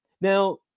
Now